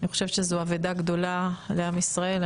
אני חושבת שזו אבדה גדולה לעם ישראל.